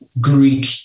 Greek